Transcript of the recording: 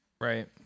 Right